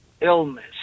illness